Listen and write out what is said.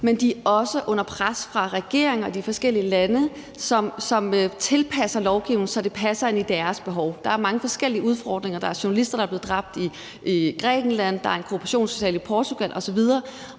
men de er også under pres fra regeringer i de forskellige lande, som tilpasser lovgivningen, så det passer ind i deres behov. Der er mange forskellige udfordringer. Der er journalister, der er blevet dræbt i Grækenland, der er en korruptionsskandale i Portugal osv.,